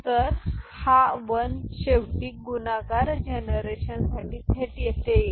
तर हा 1 शेवटी गुणाकार जनरेशन साठी थेट येथे जाईल